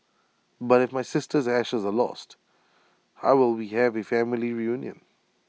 but if my sister's ashes are lost how will we have A family reunion